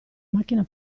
macchina